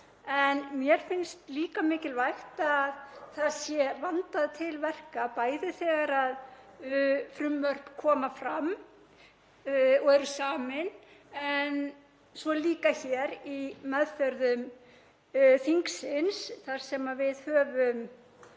En mér finnst líka mikilvægt að það sé vandað til verka, bæði þegar frumvörp koma fram og eru samin en svo líka hér í meðförum þingsins þar sem við höfum